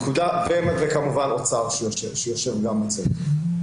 וכמובן אוצר שיושב גם בצוות.